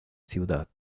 ciudad